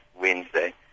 Wednesday